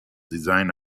design